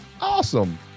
Awesome